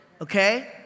Okay